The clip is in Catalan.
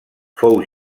fou